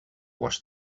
wash